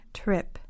trip